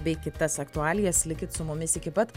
bei kitas aktualijas likit su mumis iki pat